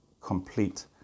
complete